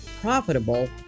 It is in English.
profitable